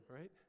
right